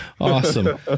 Awesome